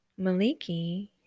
Maliki